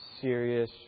serious